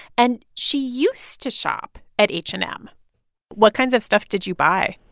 and she used to shop at h and m what kinds of stuff did you buy?